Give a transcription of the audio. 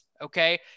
Okay